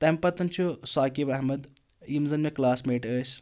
تَمہِ پتَن چھُ ساقِب احمد یِم زَن مےٚ کلاس میٹ ٲسۍ